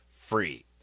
free